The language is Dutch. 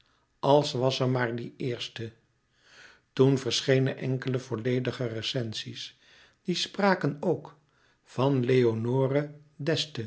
als was er maar die eerste toen verschenen enkele vollediger recensies die spraken ook van leonore d'este